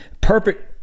perfect